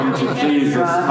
come-to-Jesus